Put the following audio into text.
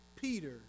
Peter